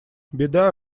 беда